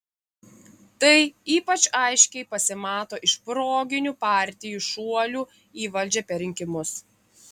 tai ypač aiškiai pasimato iš proginių partijų šuolių į valdžią per rinkimus